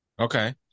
Okay